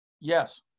Yes